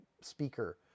speaker